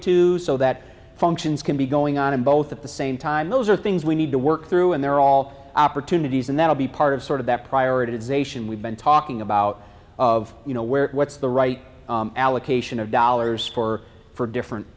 two so that functions can be going on and both at the same time those are things we need to work through and they're all opportunities and that will be part of sort of that prioritization we've been talking about of you know where what's the right allocation of dollars for for different